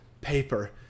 paper